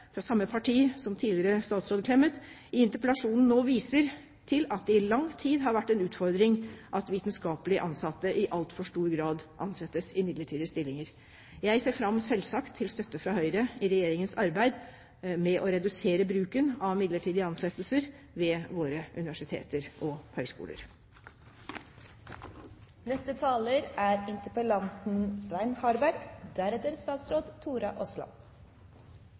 fra samme parti som tidligere statsråd Clemet, i interpellasjonen nå viser til at det i lang tid har vært en utfordring at vitenskapelig ansatte i altfor stor grad ansettes i midlertidige stillinger. Jeg ser selvsagt fram til støtte fra Høyre i Regjeringens arbeid med å redusere bruken av midlertidige ansettelser ved våre universiteter og høgskoler. Jeg vil takke statsråden for et grundig svar. Det er